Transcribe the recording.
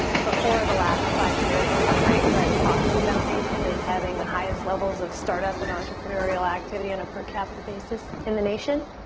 for four of the last five years, has been ranked by the kauffman foundation as having the highest levels of startup and entrepreneurial activity in a per-capita basis in the nation?